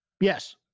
Yes